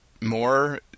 more